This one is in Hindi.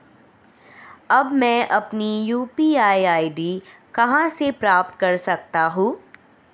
अब मैं अपनी यू.पी.आई आई.डी कहां से प्राप्त कर सकता हूं?